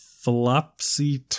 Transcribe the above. Flopsy